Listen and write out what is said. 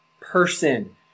person